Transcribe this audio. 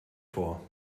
vor